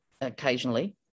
occasionally